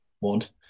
want